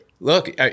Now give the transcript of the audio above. Look